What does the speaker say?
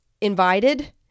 invited